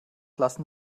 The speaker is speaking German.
lassen